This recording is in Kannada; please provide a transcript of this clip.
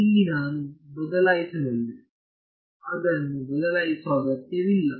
ಇಲ್ಲಿ ನಾನು ಬದಲಾಯಿಸಬಲ್ಲೆ ಅದನ್ನು ಬದಲಾಯಿಸುವ ಅಗತ್ಯವಿಲ್ಲ